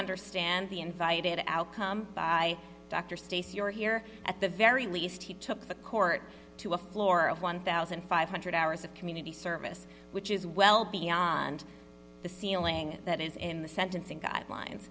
understand the invited outcome by dr stacey or here at the very least he took the court to a floor of one thousand five hundred hours of community service which is well beyond the ceiling that is in the sentencing guidelines